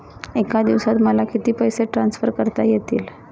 एका दिवसात मला किती पैसे ट्रान्सफर करता येतील?